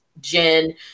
Jen